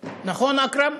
נכון, אכרם?